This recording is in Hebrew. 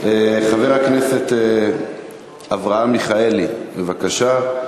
חבר הכנסת אברהם מיכאלי, בבקשה.